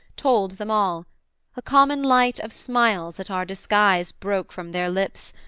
told them all a common light of smiles at our disguise broke from their lips,